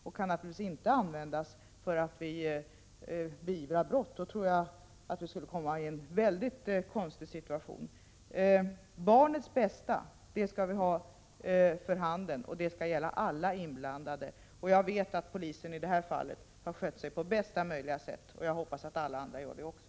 och kan inte användas när det handlar om att beivra brott — då tror jag att vi skulle komma i en mycket konstig situation. Barnets bästa skall vi ha för ögonen, och det skall gälla alla inblandade. Jag vet att polisen i det här fallet har skött sig på bästa möjliga sätt, och jag hoppas att alla andra gör det också.